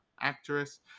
actress